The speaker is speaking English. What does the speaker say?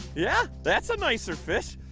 yeah! that's a nicer fish!